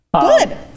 Good